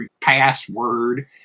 password